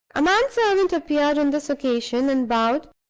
a man-servant appeared on this occasion, and bowed,